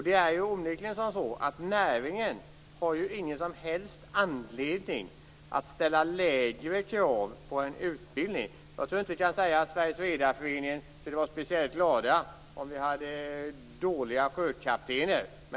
Det är onekligen så att näringen inte har någon som helst anledning att ställa lägre krav på en utbildning. Jag tror inte att vi kan säga att Sveriges Redareförening skulle vara speciellt glada om vi hade dåliga sjökaptener.